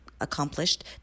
accomplished